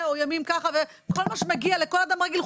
או חופשה כל מה שמגיע לכל אדם רגיל,